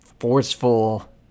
Forceful